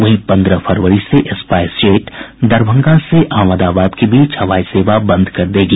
वहीं पंद्रह फरवरी से स्पाईस जेट दरभंगा से अहमदाबाद के बीच हवाई सेवा बंद कर देगी